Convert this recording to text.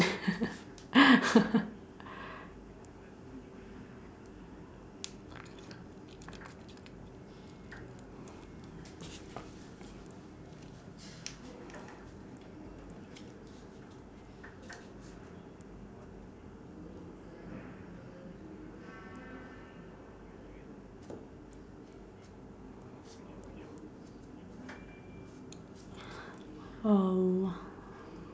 um